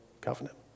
covenant